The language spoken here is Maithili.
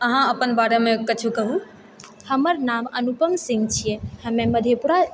अहाँ अपन बारेमे किछु कहु हमर नाम अनुपम सिंह छिऐ हमे मधेपुरा